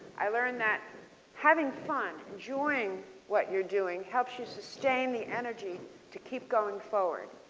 i learned that having fun, enjoying what you're doing helps you sustained the energy to keep going forward.